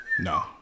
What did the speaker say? No